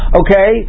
okay